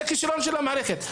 זה כישלון של המערכת,